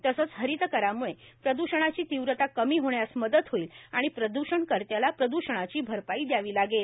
तसंच हरित करामुळे प्रदूषणाची तीव्रता कमी होण्यास मदत होईल आणि प्रदूषणकर्त्याला प्रद्षणाची भरपाई द्यावी लागेल